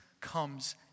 comes